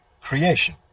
creation